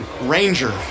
Ranger